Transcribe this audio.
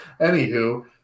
Anywho